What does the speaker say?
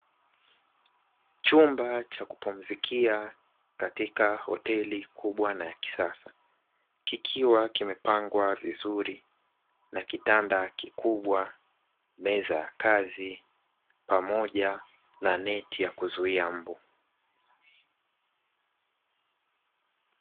Chumba cha kupumzikia katika hoteli kubwa na ya kisasa. Kikiwa kimepangwa vizuri na kitanda kikubwa, meza ya kazi pamoja na neti yakuzuia mbuu.